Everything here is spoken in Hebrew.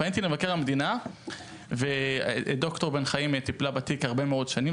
פניתי למבקר המדינה וד"ר בן חיים טיפלה בתיק הרבה מאוד שנים.